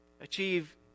achieve